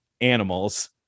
animals